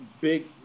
big